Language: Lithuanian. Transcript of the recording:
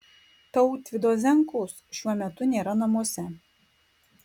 tautvydo zenkaus šiuo metu nėra namuose